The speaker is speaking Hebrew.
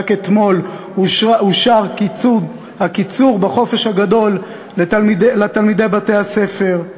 ורק אתמול אושר קיצור החופש הגדול לתלמידי בתי-הספר.